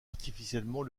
artificiellement